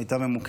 בערבית זה מזרח.